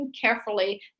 carefully